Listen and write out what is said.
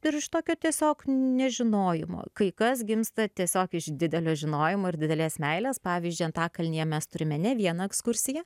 ir iš tokio tiesiog nežinojimo kai kas gimsta tiesiog iš didelio žinojimo ir didelės meilės pavyzdžiui antakalnyje mes turime ne vieną ekskursiją